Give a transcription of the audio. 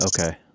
Okay